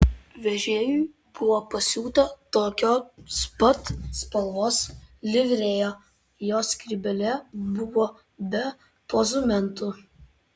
vežėjui buvo pasiūta tokios pat spalvos livrėja jo skrybėlė buvo be pozumentų